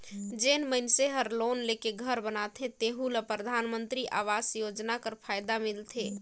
जेन मइनसे हर लोन लेके घर बनाथे तेहु ल परधानमंतरी आवास योजना कर फएदा मिलथे